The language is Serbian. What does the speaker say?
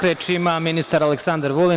Reč ima ministar Aleksandar Vulin.